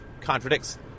contradicts